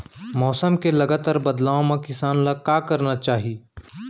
मौसम के लगातार बदलाव मा किसान ला का करना चाही?